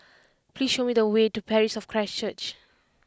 please show me the way to Parish of Christ Church